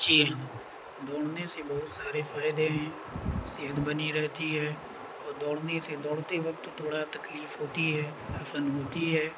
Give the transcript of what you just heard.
جی ہاں دوڑنے سے بہت سارے فائدے ہیں صحت بنی رہتی ہے اور دوڑنے سے دوڑتے وقت تھوڑا تکلیف ہوتی ہے حسن ہوتی ہے